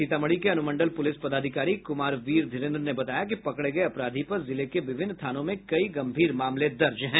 सीतामढ़ी के अनुमंडल पुलिस पदाधिकारी कुमार वीर धीरेन्द्र ने बताया कि पकड़े गये अपराधी पर जिले के विभिन्न थानों में कई गम्भीर मामले दर्ज हैं